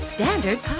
Standard